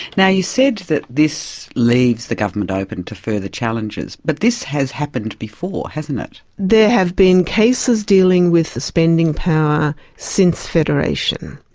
now you said that this leaves the government open to further challenges, but this has happened before, hasn't it? there have been cases dealing with the spending power since federation.